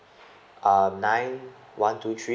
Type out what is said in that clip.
um nine one two three